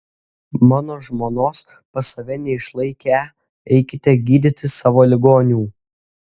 mano žmonos pas save neišlaikę eikite gydyti savo ligonių